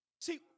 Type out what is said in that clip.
See